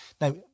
Now